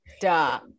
Duh